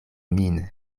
min